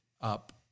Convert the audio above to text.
up